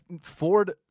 Ford